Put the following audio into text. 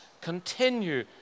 continue